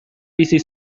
bizi